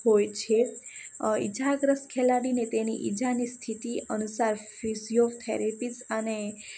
હોય છે ઇજાગ્રસ્ત ખેલાડી તેની ઇજાની સ્થિતિ અનુસાર ફીઝીઓથેરેપીસ આને